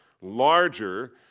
larger